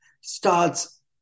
starts